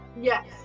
Yes